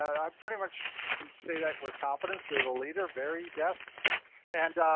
i pretty much can say that with confidence, they're the leader, varidesk. and